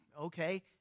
okay